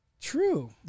True